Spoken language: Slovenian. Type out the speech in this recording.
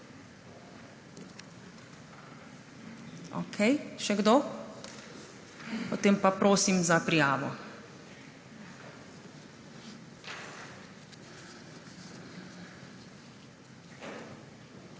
Okej. Še kdo? Potem pa prosim za prijavo.